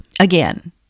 again